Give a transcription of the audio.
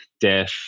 death